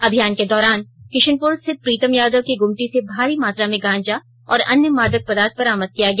अभियान के दौरान किशनपुर स्थित प्रीतम यादव के गुमटी से भारी मात्रा में गांजा और अन्य मादक पदार्थ बरामद किया गया